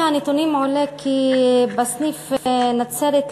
מהנתונים עולה כי בסניף נצרת,